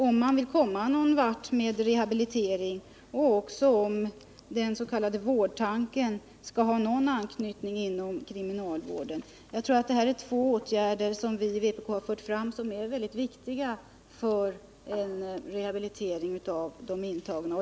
Om man vill komma någon vart med rehabiliteringen och om den s.k. vårdtanken skall ha någon anknytning inom kriminalvården måste detta till. Jag tror att dessa två åtgärder, som vi i vpk fört fram, är väldigt viktiga för en rehabilitering av de intagna.